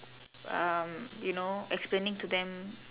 um you know explaining to them